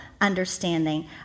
understanding